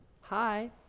Hi